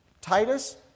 Titus